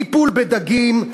טיפול בדגים,